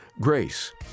grace